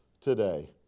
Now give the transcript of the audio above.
today